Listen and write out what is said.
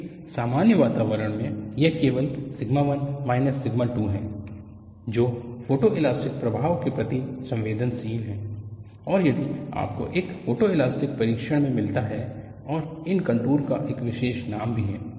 एक सामान्य वातावरण में यह केवल सिग्मा 1 माइनस सिग्मा 2 है जो फोटोइलास्टिक प्रभाव के प्रति संवेदनशील है और यही आपको एक फोटोइलास्टिक परीक्षण में मिलता है और इन कंटूर का एक विशेष नाम भी है